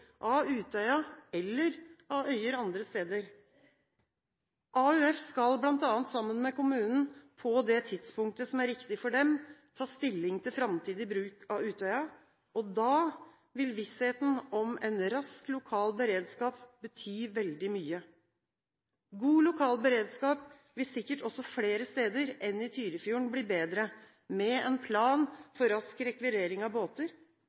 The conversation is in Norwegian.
av Utøya eller av øyer andre steder. AUF skal bl.a. sammen med kommunen, på det tidspunktet som er riktig for dem, ta stilling til framtidig bruk av Utøya. Da vil vissheten om en rask lokal beredskap bety veldig mye. God lokal beredskap vil sikkert også flere steder enn i Tyrifjorden bli bedre med en plan for rask rekvirering av båter,